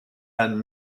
and